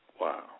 Wow